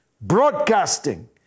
broadcasting